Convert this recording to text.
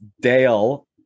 Dale